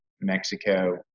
Mexico